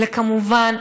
כמובן,